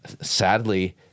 sadly